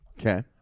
Okay